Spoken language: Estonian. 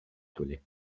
tuli